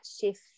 shift